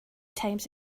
times